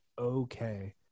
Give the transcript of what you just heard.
okay